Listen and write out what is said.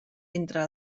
entre